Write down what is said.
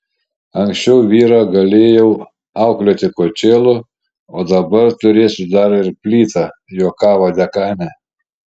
anksčiau vyrą galėjau auklėti kočėlu o dabar turėsiu dar ir plytą juokavo dekanė